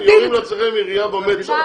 אתם יורים לעצמכם ירייה במצח.